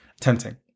tempting